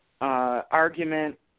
argument